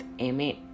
Amen